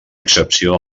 excepció